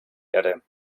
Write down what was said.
erde